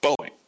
Boeing